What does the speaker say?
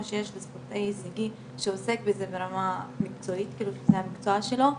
שיש לספורטאי הישגי שעוסק בזה ברמה מקצועית שזה המקצוע שלו,